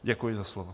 Děkuji za slovo.